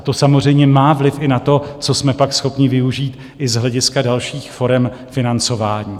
To samozřejmě má vliv i na to, co jsme pak schopni využít i z hlediska dalších forem financování.